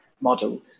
model